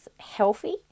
healthy